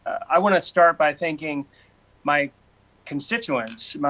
i want to start by thanking my constituents.